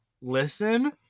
listen